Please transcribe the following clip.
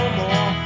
more